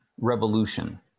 revolution